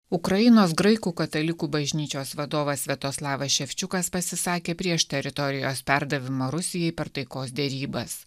ukrainos graikų katalikų bažnyčios vadovas sviatoslavas ševčiukas pasisakė prieš teritorijos perdavimą rusijai per taikos derybas